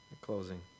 closing